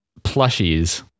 plushies